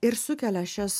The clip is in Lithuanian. ir sukelia šias